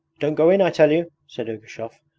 don't go in, i tell you said ergushov,